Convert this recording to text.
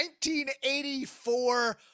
1984